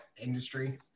industry